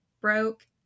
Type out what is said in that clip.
broke